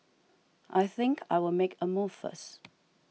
I think I will make a move first